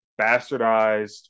bastardized